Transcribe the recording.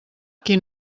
qui